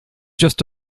just